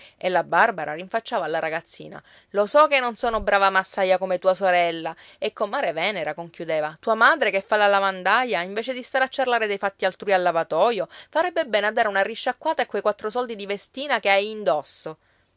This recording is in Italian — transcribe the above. e la barbara rinfacciava alla ragazzina lo so che non sono brava massaia come tua sorella e comare venera conchiudeva tua madre che fa la lavandaia invece di stare a ciarlare dei fatti altrui al lavatoio farebbe bene a dare una risciacquata a quei quattro soldi di vestina che hai indosso